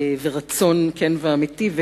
ורצון כן ואמיתי,